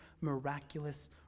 miraculous